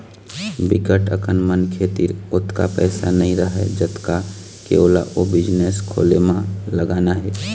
बिकट अकन मनखे तीर ओतका पइसा नइ रहय जतका के ओला ओ बिजनेस खोले म लगाना हे